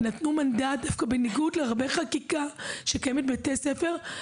בניגוד להרבה חקיקה שקיימת בבתי ספר,